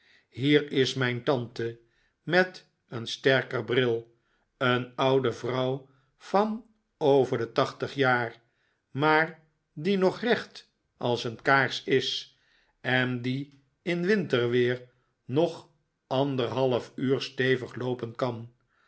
hier is mijn tante met een sterker bril een oude vrouw van over de tachtig jaar maar die nag recht als een kaars is en die in winterweer nog anderhalf uur stevig loopen kan